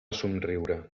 somriure